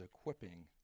equipping